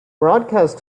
broadcast